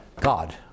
god